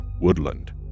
woodland